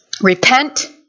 Repent